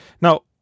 Now